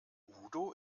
udo